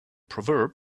proverb